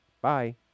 Bye